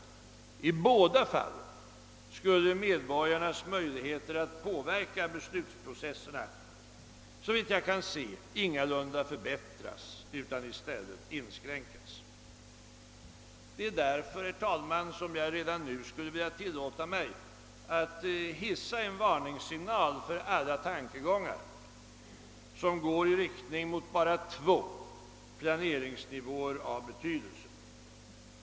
I båda fallen skulle medborgarnas möjligheter att påverka beslutsprocesserna, såvitt jag kan se, ingalunda förbättras utan i stället inskränkas. Det är därför, herr talman, som jag redan nu skulle vilja tillåta mig att hissa en varningssignal för alla tankegångar som går i riktning mot bara två planeringsnivåer av betydelse.